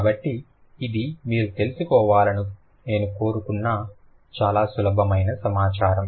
కాబట్టి ఇది మీరు తెలుసుకోవాలని నేను కోరుకున్న చాలా సులభమైన సమాచారం